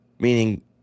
Meaning